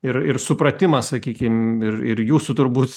ir ir supratimas sakykim ir ir jūsų turbūt